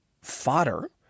fodder